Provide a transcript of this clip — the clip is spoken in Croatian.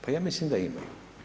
Pa ja mislim da imaju.